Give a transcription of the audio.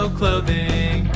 clothing